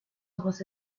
ojos